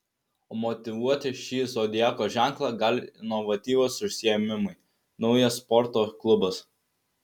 o motyvuoti šį zodiako ženklą gali inovatyvūs užsiėmimai naujas sporto klubas